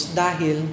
dahil